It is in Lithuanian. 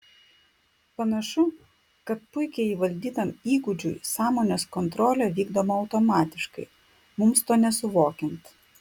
panašu kad puikiai įvaldytam įgūdžiui sąmonės kontrolė vykdoma automatiškai mums to nesuvokiant